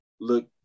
look